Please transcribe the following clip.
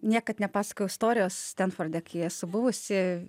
niekad nepasakojau istorijos stenforde kai esu buvusi